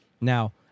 Now